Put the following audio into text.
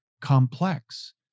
complex